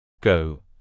Go